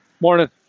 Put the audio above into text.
Morning